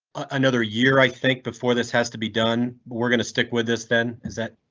another year, i think before this has to be done, we're going to stick with this. then is that?